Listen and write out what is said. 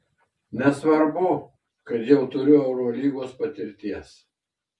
nesvarbu kad jau turiu eurolygos patirties